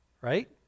Right